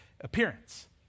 appearance